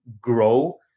grow